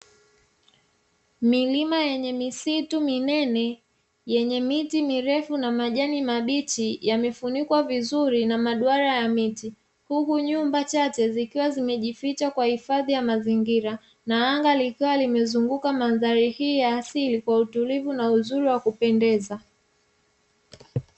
Milima yenye misitu minene yenye miti mirefu na majani mabichi yamefunikwa vizuri na maduara ya miti, huku nyumba chache zikiwa zimejificha kwa hifadhi ya mazingira na anga likiwa limezunguka mandhari hii ya asili kwa utulivu na uzuri wa kupendeza.